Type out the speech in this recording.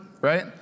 right